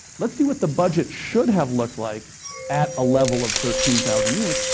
let's see what the budget should have looked like at a level of thirteen thousand units.